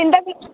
ఇంతక ముందు